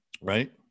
Right